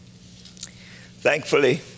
Thankfully